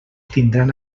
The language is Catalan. tindran